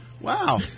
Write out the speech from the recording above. Wow